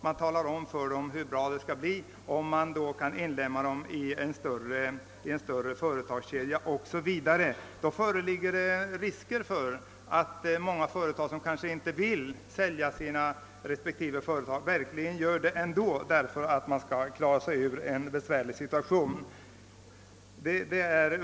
Man talar om för dem hur bra det skall bli om man kan inlemma dem i en större företagskedja. Det föreligger därigenom risker för att många, som kanske inte vill sälja sina respektive företag, ändå gör det för att klara sig ur en besvärlig situation.